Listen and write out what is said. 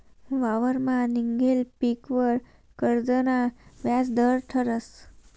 वावरमा निंघेल पीकवर कर्जना व्याज दर ठरस